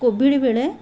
Covid ବେଳେ